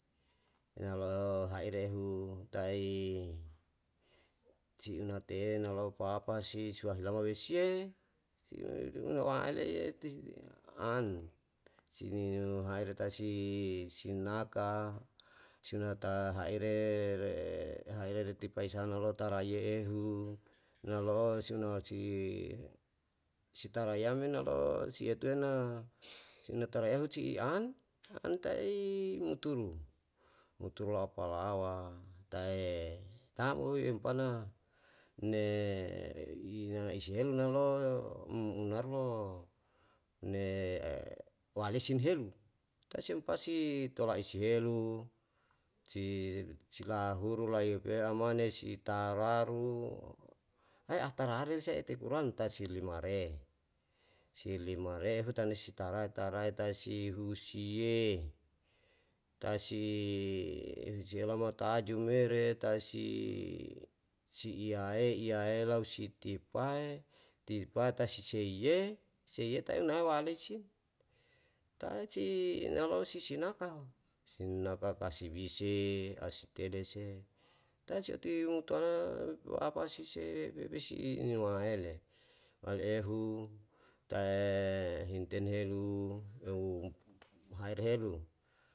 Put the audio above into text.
nalo'o haire hu tai ci'notiye na lau papa si suwahelama me siye, waele ye tisne an, si nini no haireta si, si naka, si nata haire re, haire si tipa isana lota raiye ehu, nalo'o siunawa na si, si tarayame nalo'o si ituwe na si natara ehu si an, an ta'i muturu, muturu apalawa ta'e tam o yompana ne nanaisi helu na lo um umnaruo ne walesin helu, ta sem pasi tola isi helu, si lahuru laiyopeya mane si tararu, ae ahtarare se'ete kuranta se limare. Si limare hutanesi tarae tarae ta si husiye, tae si laome tajumere, tae si iyae iyae lau si tipae, tipae tae si seiye, seiye tae walesin, tae si nalo'o si nakao. Si naka kasibi se, asitele se, tae si otiwe umtuana lo apasi se, pepesi inua ele, waliehu tae hintenhelu, eu haerhelu